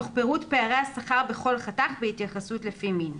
תוך פירוט פערי השכר בכל חתך בהתייחסות לפי מין.